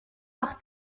leur